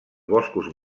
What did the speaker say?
boscos